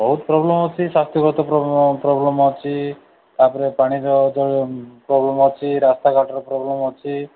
ବହୁତ ପ୍ରୋବ୍ଲେମ୍ ଅଛି ତ ପ୍ରୋବ୍ଲେ ପ୍ରୋବ୍ଲେମ୍ ଅଛି ତା'ପରେ ପାଣିର ଜଳୀୟ ପ୍ରୋବ୍ଲେମ୍ ଅଛି ରାସ୍ତା ଘାଟର ପ୍ରୋବ୍ଲେମ୍ ଅଛି